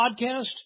podcast